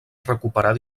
recuperar